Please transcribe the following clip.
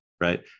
right